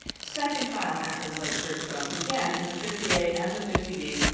second trial happens on certain phones. again, in the fifty a and the fifty b,